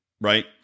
right